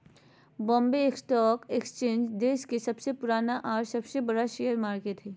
Bombay stock exchange देश के सबसे पुराना और सबसे बड़ा शेयर मार्केट हइ